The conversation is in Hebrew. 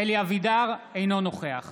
אינו נוכח